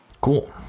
cool